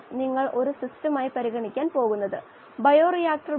gas ഘട്ടത്തിന്റെ bulk സാന്ദ്രത